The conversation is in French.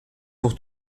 pour